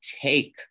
take